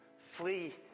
Flee